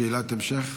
שאלת המשך.